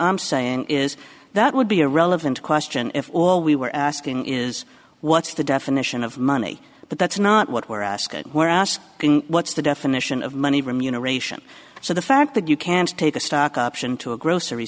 i'm saying is that would be a relevant question if all we were asking is what's the definition of money but that's not what we're asking we're asking what's the definition of money remuneration so the fact that you can't take a stock option to a grocery